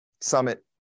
Summit